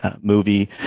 movie